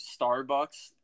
Starbucks